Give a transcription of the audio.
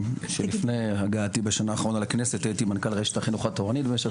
לפני הגעתי לכנסת הייתי מנכ"ל רשת החינוך התורנית במשך